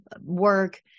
work